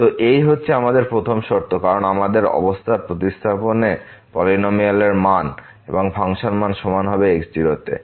তো এই হচ্ছে আমাদের প্রথম শর্ত কারণ আমাদের অবস্থা প্রতিস্থাপন এ পলিনমিয়াল মান এবং ফাংশন মান সমান হবে x0 তে